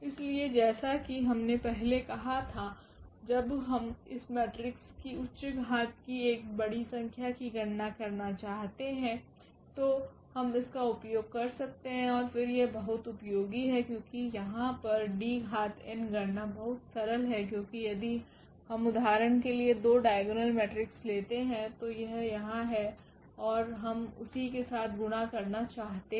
इसलिए जैसा कि हमने पहले कहा था जब हम इस मेट्रिक्स की उच्च घात की एक बड़ी संख्या की गणना करना चाहते हैं तो हम इसका उपयोग कर सकते हैं और फिर यह बहुत उपयोगी है क्योंकि यहाँ पर Dn गणना बहुत सरल है क्योंकि यदि हम उदाहरण के लिए 2 डाइगोनल मेट्रिक्स लेते हैं तो यह यहाँ है और हम उसी के साथ गुणा करना चाहते हैं